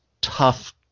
tough